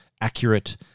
accurate